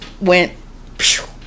went